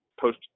post